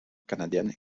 canadienne